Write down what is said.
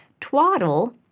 Twaddle—